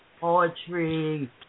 poetry